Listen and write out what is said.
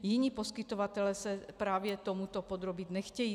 Jiní poskytovatelé se právě tomuto podrobit nechtějí.